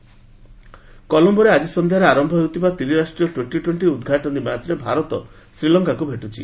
cricket କଲମ୍ବୋରେ ଆଜି ସନ୍ଧ୍ୟାରେ ଆରମ୍ଭ ହେଉଥିବା ତ୍ରିରାଷ୍ଟ୍ରୀୟ ଟ୍ୱେଣ୍ଟି ଟ୍ୱେଣ୍ଟି ଉଦ୍ଘାଟନୀ ମ୍ୟାଚ୍ରେ ଭାରତ ଶ୍ରୀଲଙ୍କାକୁ ଭେଟୁଛି